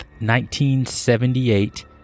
1978